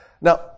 Now